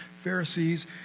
Pharisees